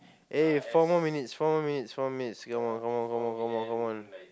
eh four more minutes four more minutes four more minutes come on come on come on come on come on